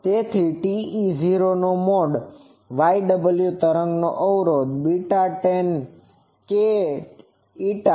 તેથી TE10 મોડનો yw તરંગ અવરોધ β10kη છે